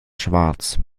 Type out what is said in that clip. schwarz